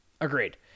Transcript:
Agreed